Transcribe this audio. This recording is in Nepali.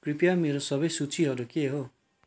कृपया मेरो सबै सूचीहरू के हो